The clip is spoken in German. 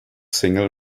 single